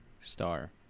star